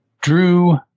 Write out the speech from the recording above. Drew